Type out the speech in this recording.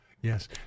Yes